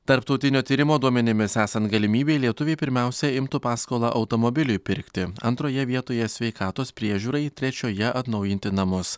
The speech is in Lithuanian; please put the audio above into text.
tarptautinio tyrimo duomenimis esant galimybei lietuviai pirmiausia imtų paskolą automobiliui pirkti antroje vietoje sveikatos priežiūrai trečioje atnaujinti namus